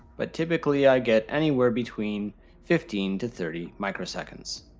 but typically i get anywhere between fifteen to thirty microseconds.